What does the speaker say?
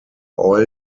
oil